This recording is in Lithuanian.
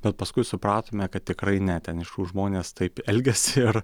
bet paskui supratome kad tikrai ne ten iš tikrųjų žmonės taip elgiasi ir